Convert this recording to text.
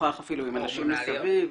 לשוחח אפילו עם אנשים מסביב,